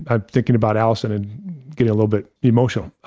i'm thinking about alison and getting a little bit emotional.